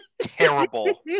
terrible